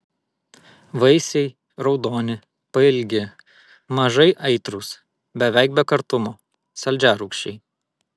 vaisiai raudoni pailgi mažai aitrūs beveik be kartumo saldžiarūgščiai